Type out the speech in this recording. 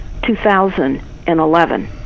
2011